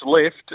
left